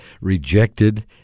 rejected